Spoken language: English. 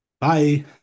Bye